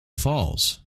falls